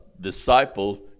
disciple